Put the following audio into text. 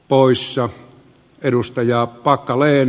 poissa edustajaa packalen